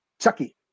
chucky